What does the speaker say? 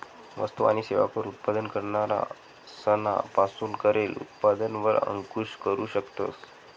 वस्तु आणि सेवा कर उत्पादन करणारा सना पासून करेल उत्पादन वर अंकूश करू शकतस